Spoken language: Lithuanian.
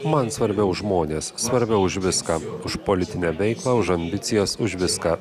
man svarbiau žmonės svarbiau už viską už politinę veiklą už ambicijas už viską